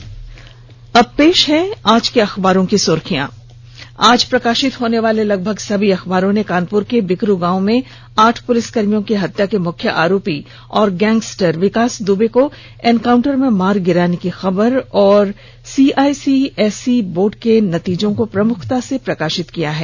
अखबारों की सुर्खियां और आईये अब सुनते हैं राज्य के प्रमुख अखबारों की सुर्खियां आज प्रकाशित होनेवाले लगभग सभी अखबारों ने कानपुर के बिकरू गांव में आठ पुलिसकर्मियों की हत्या के मुख्य आरोपी और गैंगस्टर विकास दुबे को एनकाउंटर में मार गिराने की खबर और सीआईसीएसई बोर्ड के नतीजों को प्रमुखता से प्रकाशित किया है